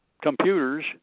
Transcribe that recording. computers